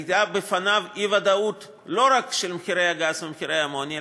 הייתה בפניו אי-ודאות לא רק של מחירי הגז ומחיר האמוניה,